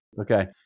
Okay